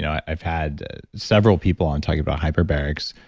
i've had several people on talking about hyperbarics.